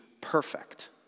perfect